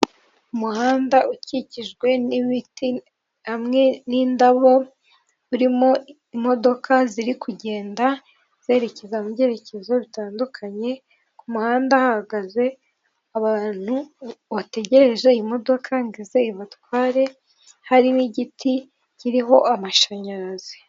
Umuhanda ukikijwe n'ibiti hamwe n'indabo, urimo imodoka ziri kugenda zerekeza mu byerekezo bitandukanye, ku muhanda hahagaze abantu bategereje imodoka ngo ize ibatware, hari n'igiti kiriho amashanyarazi.